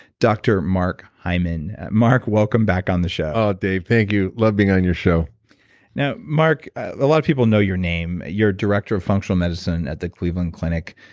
dr mark hyman. mark, welcome back on the show oh dave, thank you. love being on your show now mark, a lot of people know your name. you're director of functional medicine at the cleveland clinic.